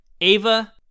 Ava